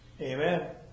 Amen